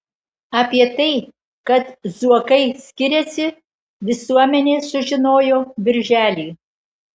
apie tai kad zuokai skiriasi visuomenė sužinojo birželį